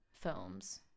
films